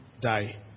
die